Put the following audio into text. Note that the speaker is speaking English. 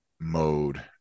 mode